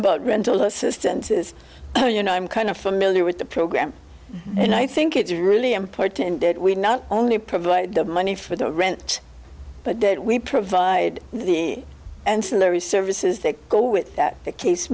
about rental assistance is oh you know i'm kind of familiar with the program and i think it's really important that we not only provide the money for the rent but we provide the ancillary services that go with the case